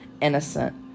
innocent